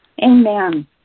Amen